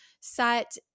set